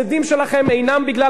הם בגלל העמדות,